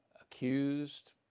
accused